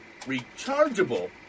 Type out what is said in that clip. rechargeable